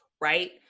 right